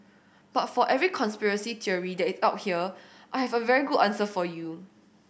but for every conspiracy theory that it out here I have a very good answer for you